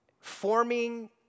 Forming